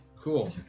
Cool